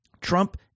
Trump